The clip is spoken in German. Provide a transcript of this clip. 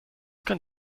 kann